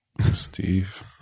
Steve